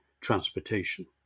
transportation